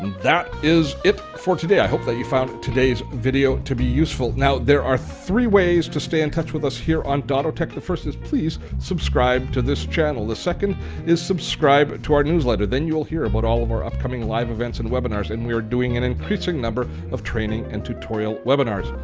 and that is it for today. i hope that you found today's videos to be useful. now there are three ways to stay in touch with us here on dottotech. the first is please subscribe to this channel. the second is subscribe to our newsletter. then you'll hear about all of our upcoming live events and webinars and we're doing an increasing number of training and tutorial webinars.